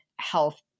health